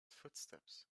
footsteps